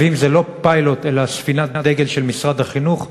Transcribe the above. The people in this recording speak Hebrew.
ואם זה לא פיילוט, אלא ספינת דגל של משרד החינוך,